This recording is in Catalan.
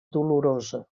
dolorosa